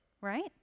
right